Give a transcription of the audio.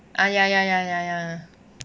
ah ya ya ya ya